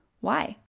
Why